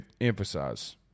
emphasize